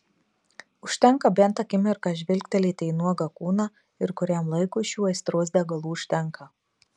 užtenka bent akimirką žvilgtelėti į nuogą kūną ir kuriam laikui šių aistros degalų užtenka